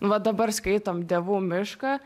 va dabar skaitom dievų mišką